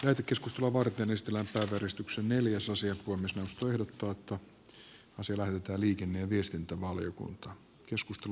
nykykeskustelua varten eestiläistasoristuksen neljäsosia kunnes puhemiesneuvosto ehdottaa että asia lähetetään liikenne ja viestintävaliokuntaan